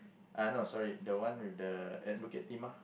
I know sorry the one with the at Bukit-Timah